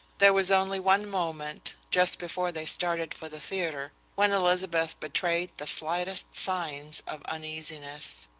there was only one moment, just before they started for the theatre, when elizabeth betrayed the slightest signs of uneasiness.